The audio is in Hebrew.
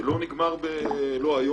זה לא נגמר היום,